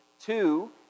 two